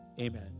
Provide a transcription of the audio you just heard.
Amen